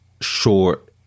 short